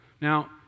Now